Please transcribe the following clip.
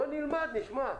אז נלמד, נשמע.